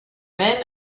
men